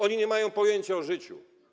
Oni nie mają pojęcia o życiu.